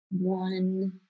one